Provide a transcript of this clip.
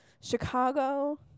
Chicago